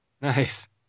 Nice